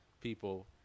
people